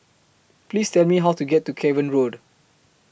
Please Tell Me How to get to Cavan Road